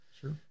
Sure